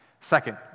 Second